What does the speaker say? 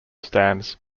stands